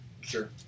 Sure